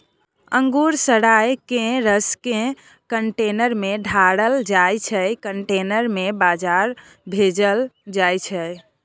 अंगुर सराए केँ रसकेँ कंटेनर मे ढारल जाइ छै कंटेनर केँ बजार भेजल जाइ छै